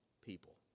people